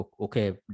okay